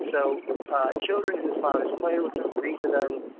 so children whose fathers play with them, read to them,